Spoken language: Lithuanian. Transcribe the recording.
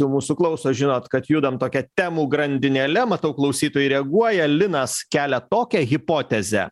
jau mūsų klauso žinot kad judam tokia temų grandinėle matau klausytojai reaguoja linas kelia tokią hipotezę